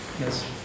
Yes